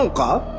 so go